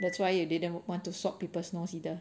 that's why you didn't want to swab people's nose either